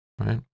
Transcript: right